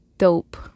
dope